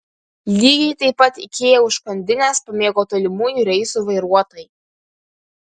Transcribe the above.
lygiai taip pat ikea užkandines pamėgo tolimųjų reisų vairuotojai